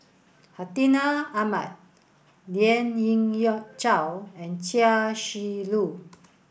Hartinah Ahmad Lien Ying Chow and Chia Shi Lu